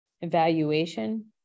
evaluation